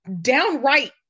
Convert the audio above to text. downright